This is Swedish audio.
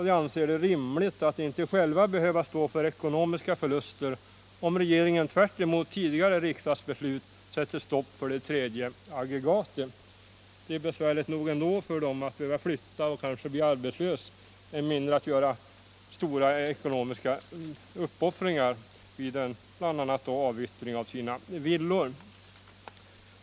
De anser det rimligt att de inte själva skall behöva stå för ekonomiska förluster om regeringen, tvärtemot tidigare riksdagsbeslut, sätter stopp för det tredje aggregatet. Det är besvärligt nog för dem att behöva flytta och kanske bli arbetslösa utan att också behöva göra stora ekonomiska uppoffringar vid avyttringen av sina villor.